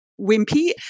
wimpy